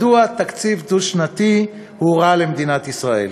מדוע תקציב דו-שנתי הוא רע למדינת ישראל.